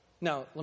Now